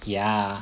ya